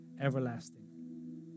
everlasting